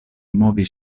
movi